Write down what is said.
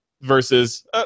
versus